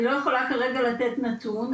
אני לא יכולה כרגע לתת נתון,